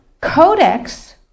Codex